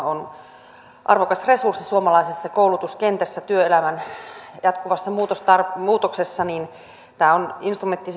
on arvokas resurssi suomalaisessa koulutuskentässä työelämän jatkuvassa muutoksessa tämä on instrumentti